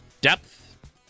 depth